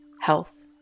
health